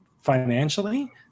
financially